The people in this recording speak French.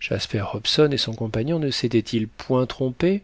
jasper hobson et son compagnon ne s'étaient-ils point trompés